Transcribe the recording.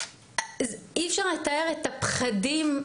אי אפשר לתאר את הפחדים,